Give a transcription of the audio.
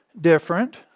different